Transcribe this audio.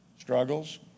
Struggles